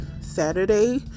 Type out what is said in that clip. Saturday